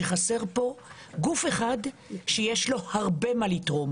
שחסר פה גוף אחד שיש לו הרבה מה לתרום